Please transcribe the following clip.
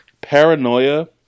paranoia